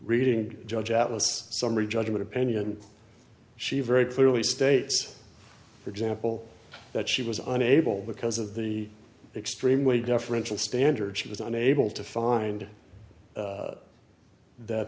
reading judge atlas summary judgment opinion she very clearly states for example that she was on able because of the extremely deferential standard she was unable to find that th